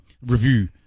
review